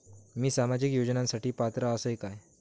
मी सामाजिक योजनांसाठी पात्र असय काय?